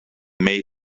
made